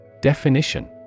Definition